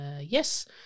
Yes